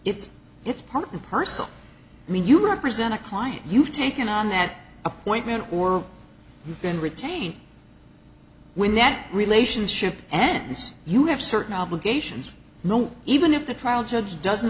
it's it's part and parcel i mean you represent a client you've taken on that appointment or you've been retained when that relationship ends you have certain obligations know even if the trial judge doesn't